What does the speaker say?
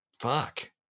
fuck